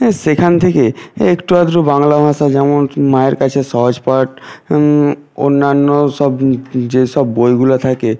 হ্যাঁ সেখান থেকে একটু আধটু বাংলা ভাষা যেমন মায়ের কাছে সহজপাঠ অন্যান্য সব যেসব বইগুলো থাকে